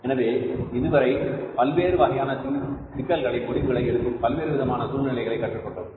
எனவே இதுவரை பல்வேறு வகையான சிக்கல்களை முடிவுகளை எடுக்கும் பல்வேறு விதமான சூழ்நிலைகளை கற்றுக்கொண்டோம்